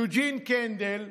יוג'ין קנדל,